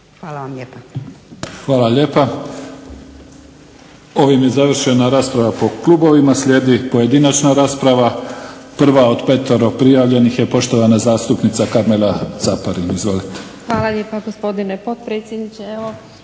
Neven (SDP)** Hvala lijepa. Ovim je završena rasprava po klubovima. Slijedi pojedinačna rasprava. Prva od petero prijavljenih je poštovana zastupnica Karmela Caparin. Izvolite. **Caparin, Karmela (HDZ)** Hvala lijepa, gospodine potpredsjedniče.